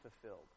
fulfilled